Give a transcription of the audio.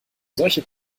solche